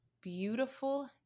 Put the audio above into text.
beautiful